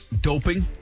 Doping